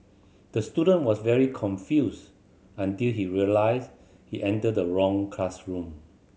the student was very confused until he realised he entered the wrong classroom